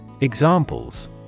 Examples